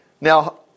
Now